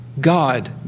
God